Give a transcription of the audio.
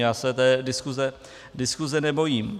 Já se té diskuse nebojím.